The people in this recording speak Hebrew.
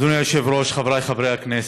אדוני היושב-ראש, חבריי חברי הכנסת,